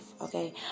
okay